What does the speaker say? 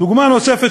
דוגמה נוספת,